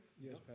Yes